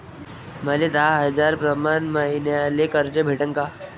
मले दहा हजार प्रमाण मईन्याले कर्ज भेटन का?